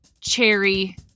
cherry